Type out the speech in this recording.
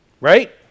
Right